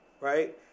Right